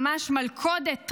ממש מלכודת טרגית,